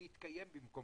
מי יתקיים במקום